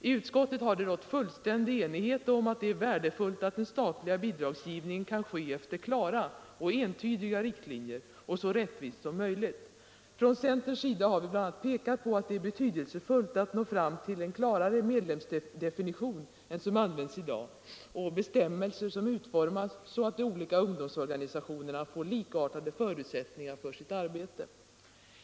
I utskottet har det rått fullständig enighet om att det är värdefullt att den statliga bidragsgivningen kan ske efter klara och entydiga riktlinjer och så rättvist som möjligt. Från centerns sida har vi bl.a. pekat på att det är betydelsefullt att nå fram till en klarare medlemsdefinition än som används i dag och bestämmelser som utformas så att de olika ungdomsorganisationerna får likartade förutsättningar för sitt arbete.